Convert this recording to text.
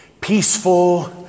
peaceful